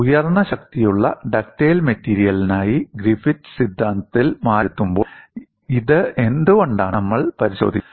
ഉയർന്ന ശക്തിയുള്ള ഡക്റ്റൈൽ മെറ്റീരിയലിനായി ഗ്രിഫിത്ത് സിദ്ധാന്തത്തിൽ മാറ്റം വരുത്തുമ്പോൾ ഇത് എന്തുകൊണ്ടാണെന്ന് നമ്മൾ പരിശോധിക്കും